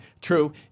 true